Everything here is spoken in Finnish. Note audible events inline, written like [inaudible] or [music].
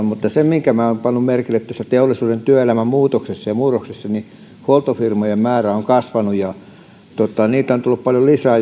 [unintelligible] mutta se minkä minä olen pannut merkille tuossa teollisuuden työelämän muutoksessa ja murroksessa on se että huoltofirmojen määrä on kasvanut ja niitä on tullut paljon lisää [unintelligible]